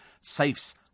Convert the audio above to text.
safe's